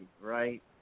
right